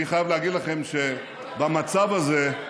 אני חייב להגיד לכם שבמצב הזה,